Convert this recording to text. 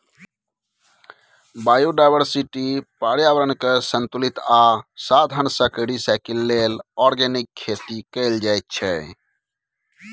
biodiversity, प्रर्याबरणकेँ संतुलित आ साधंशक रिसाइकल लेल आर्गेनिक खेती कएल जाइत छै